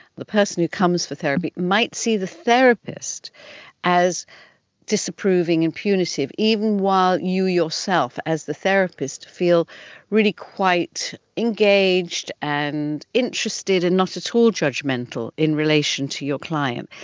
the person who comes for therapy might see the therapist as disapproving and punitive, even while you yourself as the therapist feel really quite engaged and interested and not at all judgemental in relation to your client.